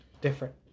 different